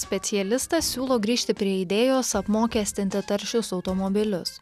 specialistas siūlo grįžti prie idėjos apmokestinti taršius automobilius